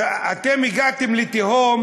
אתם הגעתם לתהום